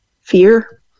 fear